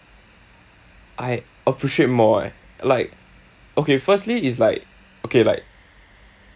I appreciate more eh like okay firstly it's like okay like